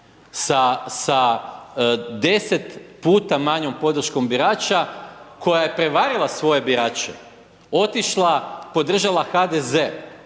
sa 10 puta manjom podrškom birača, koja je prevarila svoje birače, otišla, podržala HDZ,